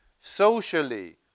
socially